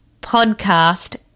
podcast